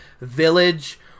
village